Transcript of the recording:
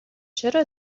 چرا